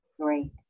Great